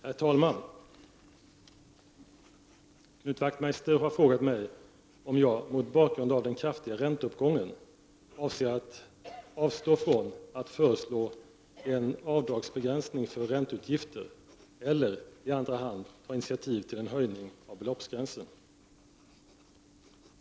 Herr talman! Knut Wachtmeister har frågat mig om jag, mot bakgrund av den kraftiga ränteuppgången, avser att avstå från att föreslå en avdragsbegränsning för ränteutgifter eller i andra hand ta initiativ till en höjning av beloppsgränsen.